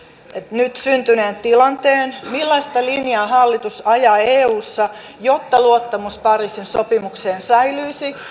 nyt syntyneen tilanteen millaista linjaa hallitus ajaa eussa jotta luottamus pariisin sopimukseen säilyisi